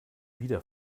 wieder